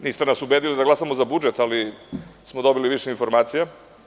Niste nas ubedili da glasamo za budžet, ali smo dobili više informacija.